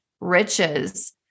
Riches